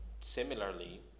Similarly